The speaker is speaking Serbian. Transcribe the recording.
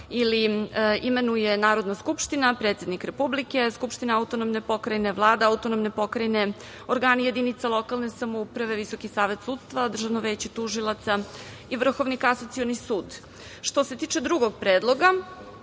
ili imenuje Narodna Skupština, predsednik Republike, Skupština autonomne pokrajine, Vlada autonomne pokrajine, organi jedinica lokalne samouprave, Visoki Savet sudstva, Državno veće tužilaca i Vrhovni kasacioni sud. Što se tiče drugog predloga,